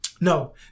no